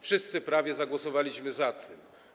Wszyscy prawie zagłosowaliśmy za tym.